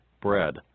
bread